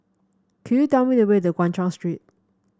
could you tell me the way to Guan Chuan Street